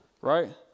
right